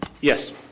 Yes